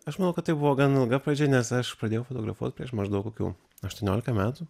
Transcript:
aš manau kad tai buvo gan ilga pradžia nes aš pradėjau fotografuot prieš maždaug kokių aštuoniolika metų